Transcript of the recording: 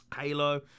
Halo